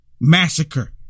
massacre